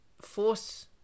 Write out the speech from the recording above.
force